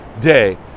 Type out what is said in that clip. day